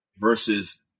versus